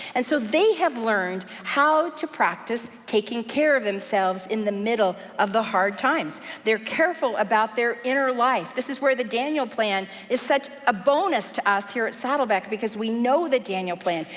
and so they have learned how to practice taking care of themselves in the middle of the hard times. they're careful about their inner life. this is where the daniel plan is such a bonus to us here at saddleback, because we know the daniel plan.